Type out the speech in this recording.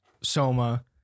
Soma